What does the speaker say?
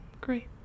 great